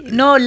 no